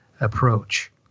approach